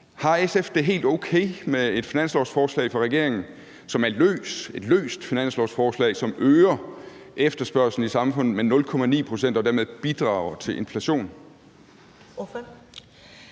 Har SF det helt okay med et finanslovsforslag fra regeringen, som er et løst finanslovsforslag, som øger efterspørgslen i samfundet med 0,9 pct. og dermed bidrager til inflationen?